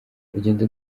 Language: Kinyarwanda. urugendo